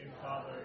Father